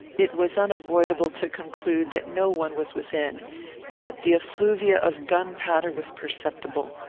it was unavoidable to conclude that no one was within yet the effluvia of gunpowder was perceptible.